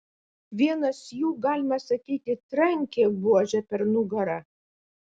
vienas jų galima sakyti trankė buože per nugarą